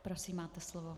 Prosím, máte slovo.